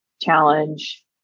challenge